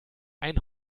ein